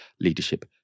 leadership